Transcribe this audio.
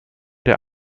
der